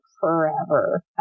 forever